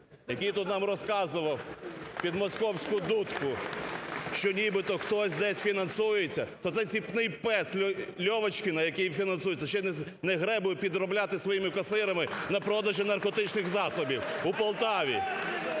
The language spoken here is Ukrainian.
який тут нам розказував під московську дудку, що нібито хтось десь фінансується. То це заціпний пес Льовочкіна, який фінансується, ще й не гребує підробляти своїми касирами на продажу наркотичних засобів у Полтаві.